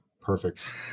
Perfect